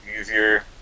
easier